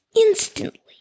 instantly